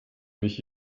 mich